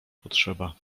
potrzeba